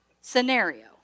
scenario